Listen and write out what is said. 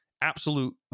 absolute